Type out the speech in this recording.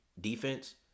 defense